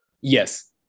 Yes